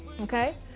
okay